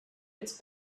its